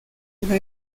una